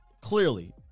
Clearly